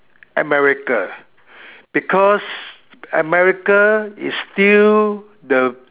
America because America is still the